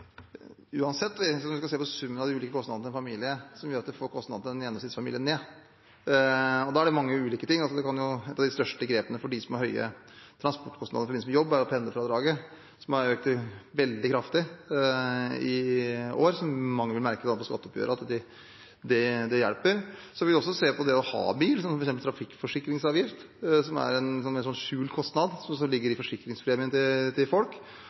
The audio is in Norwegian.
vi får ned summen av kostnadene til en gjennomsnittsfamilie. Da er det mange ulike ting man kan gjøre. En av de tingene som har størst betydning for dem som har høye transportkostnader i forbindelse med jobb, er pendlerfradraget. Det har økt veldig kraftig i år, og mange vil merke på skatteoppgjøret at det hjelper. Vi vil også se på det å ha bil, f.eks. det med trafikkforsikringsavgift. Det er en mer skjult kostnad som ligger i folks forsikringspremie. Det er også andre kostnader for familiene vi kommer til å se på, f.eks. barnehageplass, SFO og andre ting som gjør at folk